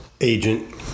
agent